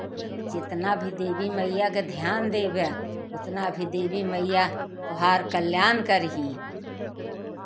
जितना भी देवी मैया का ध्यान देगा उतना भी देवी मैया उपहार कल्याणकारी